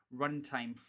runtime